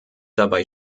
dabei